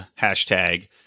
hashtag